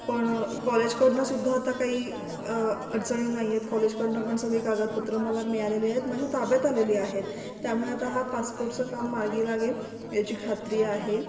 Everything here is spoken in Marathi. पण कॉलेजकडून सुद्धा आता काही अडचणी नाही आहेत कॉलेजकडून पण सगळी कागदपत्रं मला मिळालेले आहेत माझ्या ताब्यात आलेली आहेत त्यामुळे आता हा पासपोर्टचं काम मार्गी लागेल याची खात्री आहे